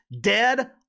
dead